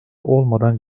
olmadan